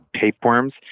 tapeworms